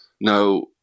Now